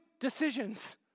decisions